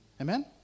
Amen